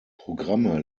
programme